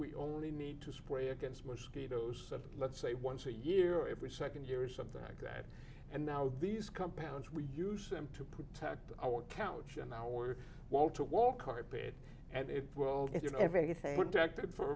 we only need to spray against mosquitoes let's say once a year every nd year or something like that and now these compounds we use them to protect our couch and our wall to wall carpet and it will